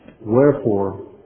Wherefore